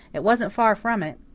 it wasn't far from it.